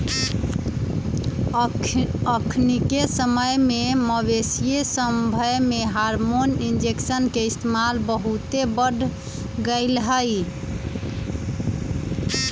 अखनिके समय में मवेशिय सभमें हार्मोन इंजेक्शन के इस्तेमाल बहुते बढ़ गेलइ ह